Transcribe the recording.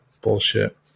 bullshit